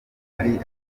ariko